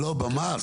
לא, במס.